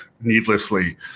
needlessly